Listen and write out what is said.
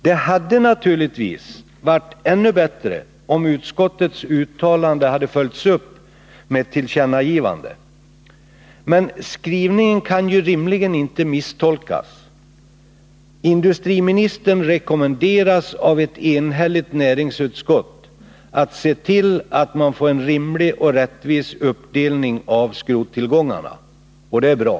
Det hade naturligtvis varit ännu bättre om utskottets uttalande följts upp med ett tillkännagivande. Men skrivningen kan ju rimligen inte misstolkas. Industriministern rekommenderas av ett enhälligt näringsutskott att se till att man får en rimlig och rättvis uppdelning av skrottillgångarna — och det är bra.